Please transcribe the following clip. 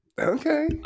okay